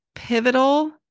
pivotal